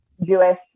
Jewish